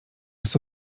sto